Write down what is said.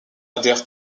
adhère